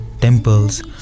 temples